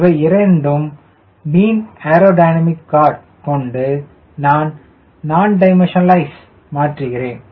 இவை இரண்டையும் மீன் ஏரோடினமிக் கார்டு கொண்டு நான் டிமென்ஷன்ஸ்நளைஸ் மாற்றுகிறோம்